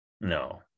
no